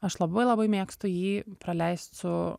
aš labai labai mėgstu jį praleist su